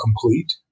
complete